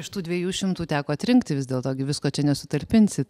ir iš tų dviejų šimtų teko atrinktivisdėlto visko čiagi nesutalpinsi